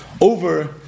over